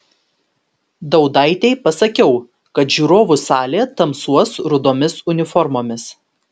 daudaitei pasakiau kad žiūrovų salė tamsuos rudomis uniformomis